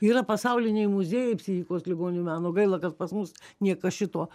yra pasauliniai muziejai psichikos ligonių meno gaila kad pas mus niekas šituo